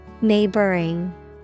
Neighboring